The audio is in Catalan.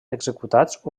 executats